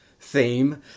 theme